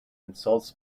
insults